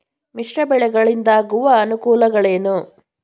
ಮಿಶ್ರ ಬೆಳೆಗಳಿಂದಾಗುವ ಅನುಕೂಲಗಳೇನು?